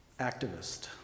activist